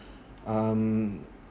um